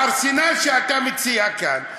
הארסנל שאתה מציע כאן,